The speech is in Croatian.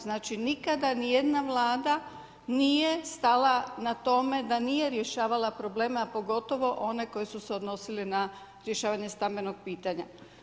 Znači nikada ni jedna Vlada nije stala na tome da nije rješavala probleme, a pogotovo one koje su se odnosile na rješavanje stambenog pitanja.